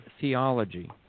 theology